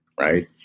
right